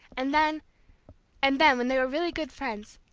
and then and then, when they were really good friends,